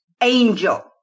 angel